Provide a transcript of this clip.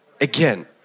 again